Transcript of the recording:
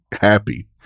happy